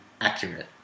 accurate